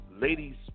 ladies